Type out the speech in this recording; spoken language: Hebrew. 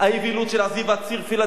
האווילות של עזיבת ציר פילדלפי,